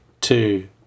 two